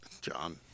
John